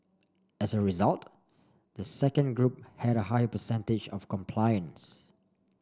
as a result the second group had a higher percentage of compliance